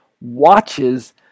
watches